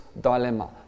dilemma